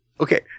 Okay